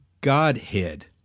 Godhead